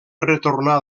retornar